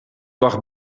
wacht